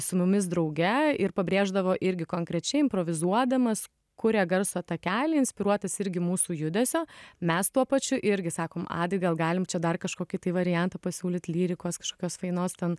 su mumis drauge ir pabrėždavo irgi konkrečiai improvizuodamas kūrė garso takelį inspiruotas irgi mūsų judesio mes tuo pačiu irgi sakom adai gal galim čia dar kažkokį tai variantą pasiūlyt lyrikos kažkokios fainos ten